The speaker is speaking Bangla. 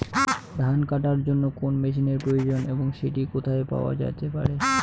ধান কাটার জন্য কোন মেশিনের প্রয়োজন এবং সেটি কোথায় পাওয়া যেতে পারে?